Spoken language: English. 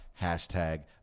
hashtag